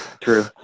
true